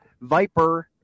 Viper